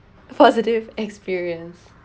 positive experience